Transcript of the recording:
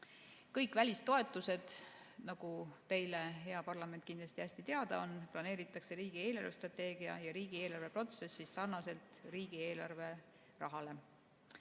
Kõik välistoetused, nagu teile, hea parlament, kindlasti hästi teada on, planeeritakse riigi eelarvestrateegia ja riigieelarve protsessis sarnaselt riigieelarve rahaga.